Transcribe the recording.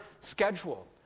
schedule